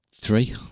three